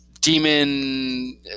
demon